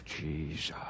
Jesus